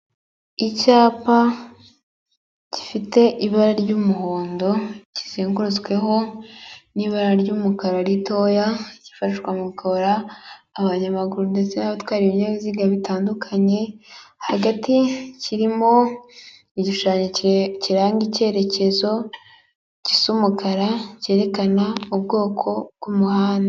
Icyapa gifite ibara ry'umuhondo kizengurutsweho n'ibara ry'umukara ritoya, kifashishwa mu kuyobora abanyamaguru ndetse n'abatwara ibinyabiziga bitandukanye, hagati kirimo igishushanyo kiranga icyerekezo gisa umukara cyerekana ubwoko bw'umuhanda.